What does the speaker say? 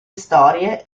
storie